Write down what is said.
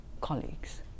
colleagues